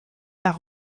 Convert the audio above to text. par